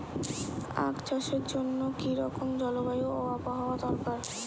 আখ চাষের জন্য কি রকম জলবায়ু ও আবহাওয়া দরকার?